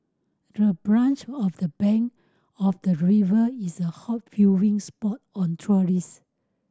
the branch of the bank of the river is a hot viewing spot on tourist